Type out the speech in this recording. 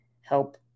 help